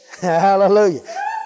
Hallelujah